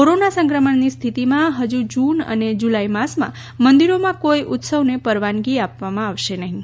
corona સંક્રમણની સ્થિતિમાં હજુ જૂન અને જુલાઇ માસમાં મંદિરોમાં કોઇ ઉત્સવને પરવાનગી આપવામાં આવશે નહિં